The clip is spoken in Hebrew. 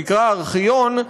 שנקרא ארכיון,